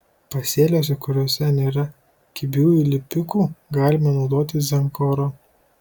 pasėliuose kuriuose nėra kibiųjų lipikų galima naudoti zenkorą